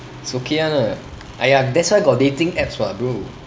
it's okay [one] lah !aiya! that's why got dating apps [what] bro